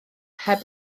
heb